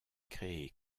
créée